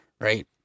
Right